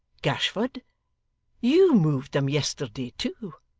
gashford you moved them yesterday too.